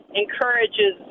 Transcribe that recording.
encourages